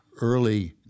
early